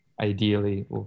ideally